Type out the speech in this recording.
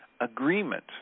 agreement